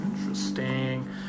interesting